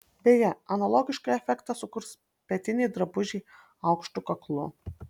beje analogišką efektą sukurs petiniai drabužiai aukštu kaklu